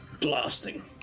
blasting